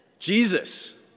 Jesus